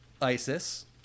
ISIS